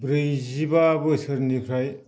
ब्रैजिबा बोसोरनिफ्राय